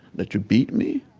that you beat me,